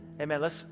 Amen